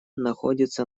находится